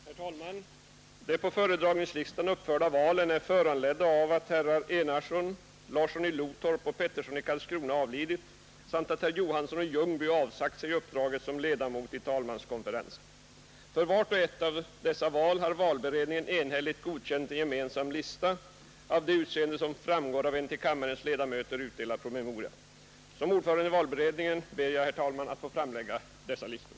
Herr talman! De på föredragningslistan uppförda valen är föranledda av att herrar Enarsson, Larsson i Lotorp och Peterson i Karlskrona avlidit samt att herr Johansson i Ljungby avsagt sig sitt uppdrag som ledamot i talmanskonferensen. För vart och ett av dessa val har valberedningen enhälligt godkänt en gemensam lista av det utseende som framgår av en till kammarens ledamöter utdelad promemoria. Såsom ordförande i valberedningen ber jag att få framlägga dessa listor.